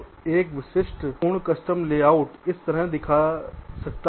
तो एक विशिष्ट पूर्ण कस्टम लेआउट इस तरह दिख सकता है